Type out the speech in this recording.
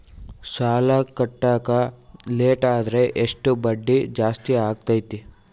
ಸಾಲ ಕಟ್ಟಾಕ ಲೇಟಾದರೆ ಎಷ್ಟು ಬಡ್ಡಿ ಜಾಸ್ತಿ ಆಗ್ತೈತಿ?